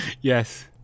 yes